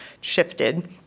shifted